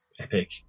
epic